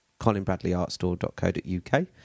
colinbradleyartstore.co.uk